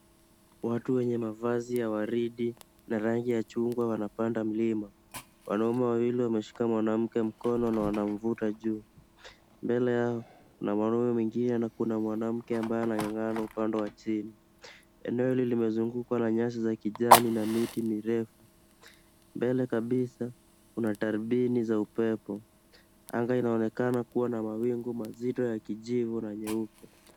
Watu wenye mavazi ya waridi na rangi ya chungwa wanapanda mlima. Wanaume wawili wameshika mwanamke mkono na wanamvuta juu. Mbele yao kuna mwanaume mwingine na kuna mwanamke ambaye anang'ang'ana upande wa chini. Eneo hili limezungukwa na nyasi za kijani na miti mirefu. Mbele kabisa kuna tarubini za upepo. Anga inaonekana kuwa na mawingu mazito ya kijivu na nyeupe.